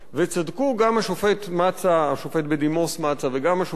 וצדקו גם השופט בדימוס מצא וגם השופט